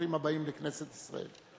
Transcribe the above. ברוכים הבאים לכנסת ישראל.